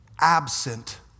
absent